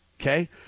okay